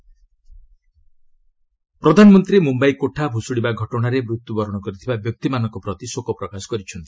PM collapse ପ୍ରଧାନମନ୍ତ୍ରୀ ମୁମ୍ୟାଇ କୋଠା ଭୁଶୁଡ଼ିବା ଘଟଣାରେ ମୃତ୍ୟୁ ବରଣ କରିଥିବା ବ୍ୟକ୍ତିମାନଙ୍କ ପ୍ରତି ଶୋକ ପ୍ରକାଶ କରିଛନ୍ତି